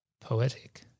poetic